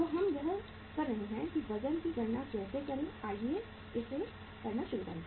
तो हम यह कर रहे हैं कि वज़न की गणना कैसे करें आइए इसे करना शुरू करें